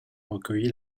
recueilli